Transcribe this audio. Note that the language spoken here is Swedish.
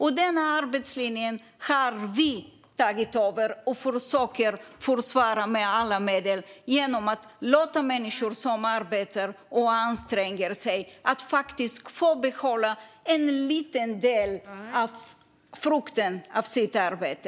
Men vi har tagit över arbetslinjen, och den försöker vi försvara med alla medel genom att låta människor som arbetar och anstränger sig få behålla en liten del av frukten av sitt arbete.